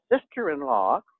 sister-in-law